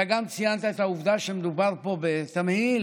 אתה גם ציינת את העובדה שמדובר פה בתמהיל,